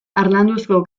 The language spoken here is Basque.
harlanduzko